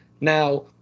now